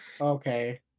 Okay